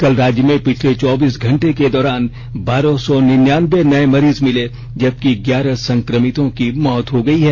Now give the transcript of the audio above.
कल राज्य में पिछले चौबीस घंटे के दौरान बारह सौ निन्यानवें नए मरीज मिले जबकि ग्यारह संक्रमितों की मौत हो गयी है